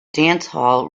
dancehall